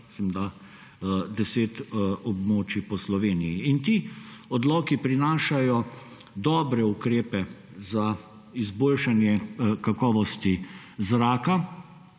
za deset območij po Sloveniji. In ti odloki prinašajo dobre ukrepe za izboljšanje kakovosti zraka